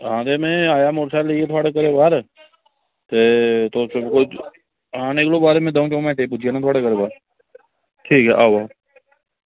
ते आं में आया मोटरसाईकिल लेइयै थुआढ़े कोल ते तुस आं निकलो बाहर तते में कोई दौं त्रं'ऊ मिंटें कोल पुज्जी जाना थुआढ़े कोल बाऽ ठीक आया अंऊ